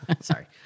sorry